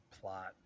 plot